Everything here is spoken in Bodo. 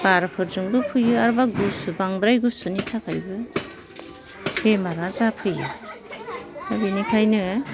बारफोरजोबो फैयो आरोबा गुसु बांद्राय गुसुनि थाखायबो बेमारा जाफैयो दा बेनिखायनो